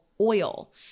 oil